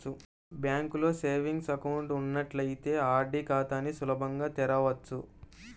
బ్యాంకులో savings account ఉన్నట్లయితే RD ఖాతాని సులభంగా తెరవచ్చు